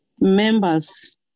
members